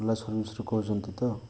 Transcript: ରୁ କହୁଛନ୍ତି ତ